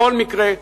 בכל מקרה,